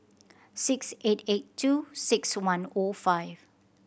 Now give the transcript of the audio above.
six eight eight two six one O five